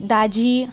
दाजी